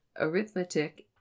Arithmetic